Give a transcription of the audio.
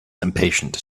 impatient